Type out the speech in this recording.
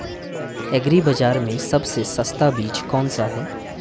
Agree बाज़ार में सबसे सस्ता बीज कौनसा है?